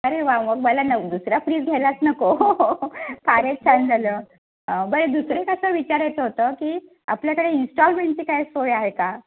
अरे वा वा मला नवा दुसरा फ्रीज घ्यायलाच नको फारच छान झालं बरं दुसरं एक असं विचारायचं होतं की आपल्याकडे इन्स्टॉलमेंटची काय सोय आहे का